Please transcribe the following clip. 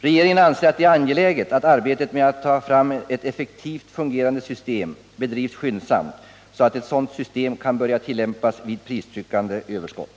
Regeringen anser att det är angeläget att arbetet med att ta fram ett effektivt fungerande system bedrivs skyndsamt, så att ett sådant system kan börja tillämpas vid pristryckande överskott.